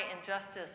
injustice